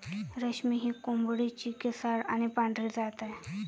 रेशमी ही कोंबडीची केसाळ आणि पांढरी जात आहे